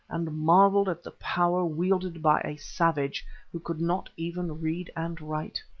and marvelled at the power wielded by a savage who could not even read and write.